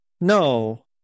No